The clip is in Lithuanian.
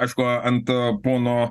aišku ant pono